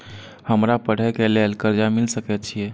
हमरा पढ़े के लेल कर्जा मिल सके छे?